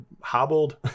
hobbled